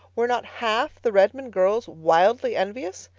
were not half the redmond girls wildly envious?